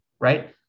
right